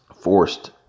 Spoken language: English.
forced